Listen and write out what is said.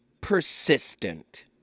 persistent